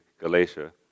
Galatia